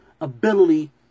ability